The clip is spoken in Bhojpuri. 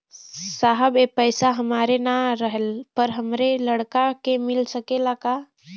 साहब ए पैसा हमरे ना रहले पर हमरे लड़का के मिल सकेला का?